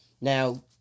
Now